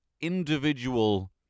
individual